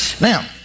Now